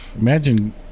Imagine